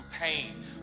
pain